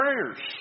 prayers